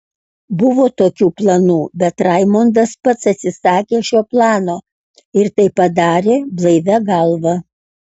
buvo tokių planų bet raimondas pats atsisakė šio plano ir tai padarė blaivia galva